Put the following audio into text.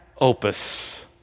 opus